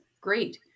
Great